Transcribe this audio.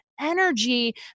energy